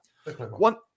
One